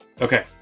Okay